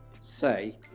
say